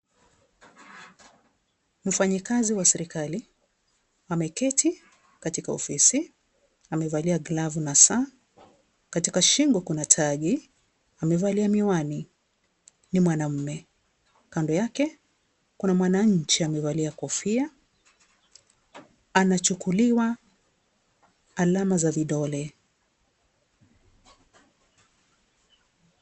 Mfanyi kazi wa sirikali. Hameketi katika ofisi. amevalia glavu na saa. Katika shimbo kuna tagi. Amevalia miwani. Ni mwanamme. Kando yake, kuna mwanainchi amevalia kofia. Anachukuliwa alama za vidole.